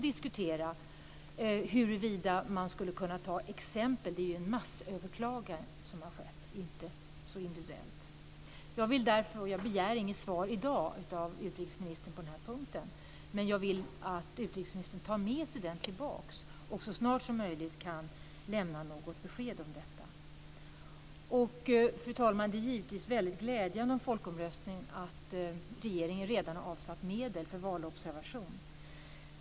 Det är ju ett massöverklagande som har skett. Jag begär inget svar i dag av utrikesministern på den här punkten, men jag vill att utrikesministern tar med sig detta för att så snart som möjligt kunna lämna ett besked. Fru talman! Det är givetvis väldigt glädjande att regeringen redan har avsatt medel för valobservation under folkomröstningen.